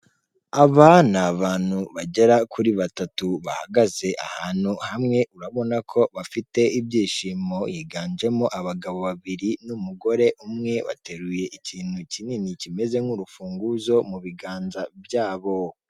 Abana ni bantu bagera kuri batatu bahagaze ahantu hamwe urabona ko bafite ibyishimo, higanjemo abagabo babiri n'umugore umwe bateruye ikintu kinini kimeze nk'urufunguzo mu biganza byabo.